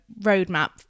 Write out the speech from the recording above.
roadmap